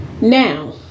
Now